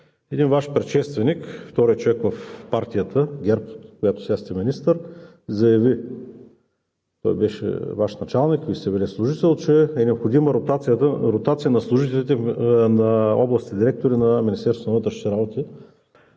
Един Ваш предшественик, вторият човек в партията ГЕРБ, от която сега сте министър, заяви – той беше Ваш началник, Вие сте били служител, че е необходима ротация на областните директори на